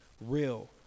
real